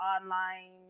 online